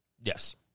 Yes